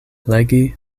legi